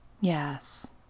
Yes